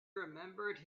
remembered